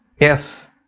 yes